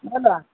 بولو آپ